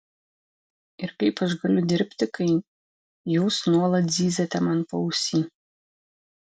ir kaip aš galiu dirbti kai jūs nuolat zyziate man paausy